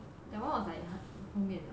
that one was like 很后面了